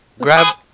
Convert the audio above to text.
Grab